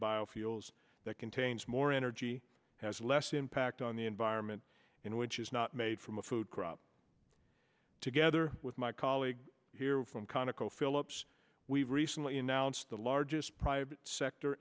biofuels that contains more energy has less impact on the environment in which is not made from a food crop together with my colleague here from conoco phillips we recently announced the largest private sector